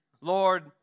Lord